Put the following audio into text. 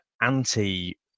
anti